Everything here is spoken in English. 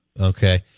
Okay